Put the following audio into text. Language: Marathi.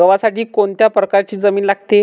गव्हासाठी कोणत्या प्रकारची जमीन लागते?